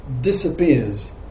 disappears